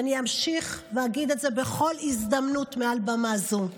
ואני אמשיך ואגיד את זה בכל הזדמנות מעל במה זו,